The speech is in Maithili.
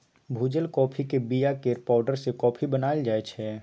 भुजल काँफीक बीया केर पाउडर सँ कॉफी बनाएल जाइ छै